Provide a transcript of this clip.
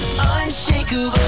unshakable